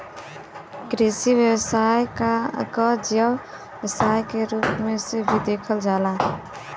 कृषि व्यवसाय क जैव व्यवसाय के रूप में भी देखल जाला